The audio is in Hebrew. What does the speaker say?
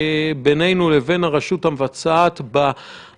הממשלה מחויבת להשתכנע שזה הכרחי.